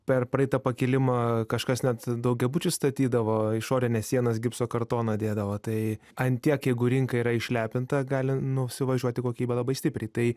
per praeitą pakilimą kažkas net daugiabučius statydavo išorines sienas gipso kartoną dėdavo tai an tiek jeigu rinka yra išlepinta gali nusivažiuoti kokybė labai stipriai tai